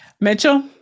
Mitchell